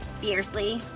fiercely